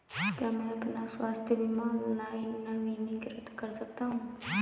क्या मैं अपना स्वास्थ्य बीमा ऑनलाइन नवीनीकृत कर सकता हूँ?